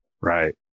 Right